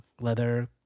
leather